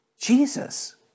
Jesus